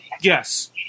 Yes